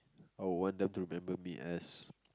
I would want them to remember as